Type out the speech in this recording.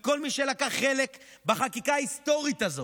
לכל מי שלקח חלק בחקיקה ההיסטורית הזו,